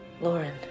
Lauren